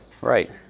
right